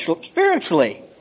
spiritually